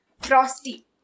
Frosty